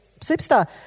superstar